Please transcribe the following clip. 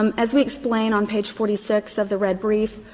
um as we explain on page forty six of the red brief,